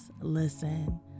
listen